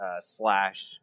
slash